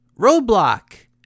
Roblox